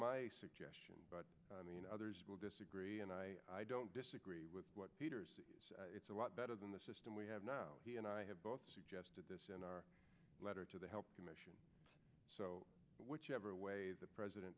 my suggestion but you know others will disagree and i i don't disagree with what peter's it's a lot better than the system we have now and i have both suggested this in our letter to the health commission so whichever way the president